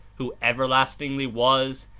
who everlastingly was,